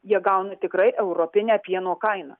jie gauna tikrai europinę pieno kainą